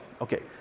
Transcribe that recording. Okay